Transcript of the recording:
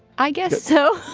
i guess so